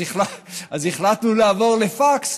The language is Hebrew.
אז החלטנו לעבור לפקס,